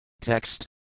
Text